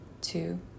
two